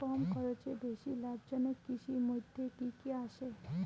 কম খরচে বেশি লাভজনক কৃষির মইধ্যে কি কি আসে?